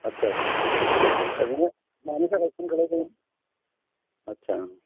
आटसा नोङो मानि थाखाय फन खालामदोंमोन आटसा